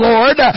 Lord